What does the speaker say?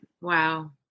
wow